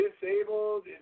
disabled